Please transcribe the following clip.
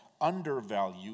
undervalue